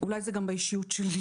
אולי זה גם באישיות שלי,